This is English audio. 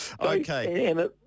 Okay